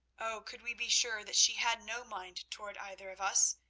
oh, could we be sure that she had no mind toward either of us,